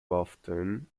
boughton